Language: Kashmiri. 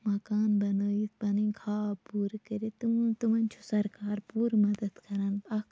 مَکان بَنٲوِتھ پَنن خاب پوٗرٕ کٔرِتھ تمن چھُ سَرکار پوٗرٕ مَدَد کَران اکھ